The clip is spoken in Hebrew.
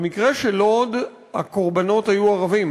במקרה של לוד, הקורבנות היו ערבים.